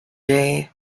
david